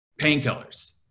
painkillers